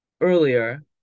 earlier